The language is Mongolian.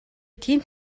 тийм